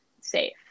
safe